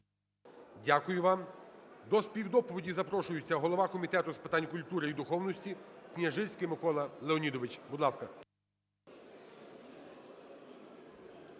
Дякую вам. До співдоповіді запрошується голова Комітету з питань культури і духовності Княжицький Микола Леонідович. Будь ласка.